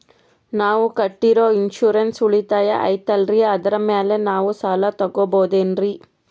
ನಾವು ಕಟ್ಟಿರೋ ಇನ್ಸೂರೆನ್ಸ್ ಉಳಿತಾಯ ಐತಾಲ್ರಿ ಅದರ ಮೇಲೆ ನಾವು ಸಾಲ ತಗೋಬಹುದೇನ್ರಿ?